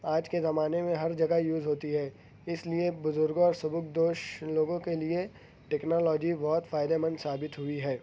آج کے زمانے میں ہر جگہ یوز ہوتی ہے اس لئے بزرگوں اور سبکدوش لوگوں کے لئے ٹیکنالوجی بہت فائدے مند ثابت ہوئی ہے